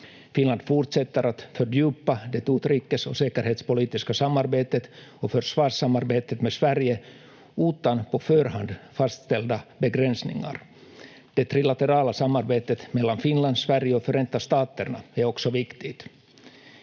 Finland fortsätter att fördjupa det utrikes- och säkerhetspolitiska samarbetet och försvarssamarbetet med Sverige utan på förhand fastställda begränsningar. Det trilaterala samarbetet mellan Finland, Sverige och Förenta staterna är också viktigt.